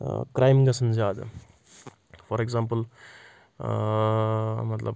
crime گژھَن زیادٕ for example مطلب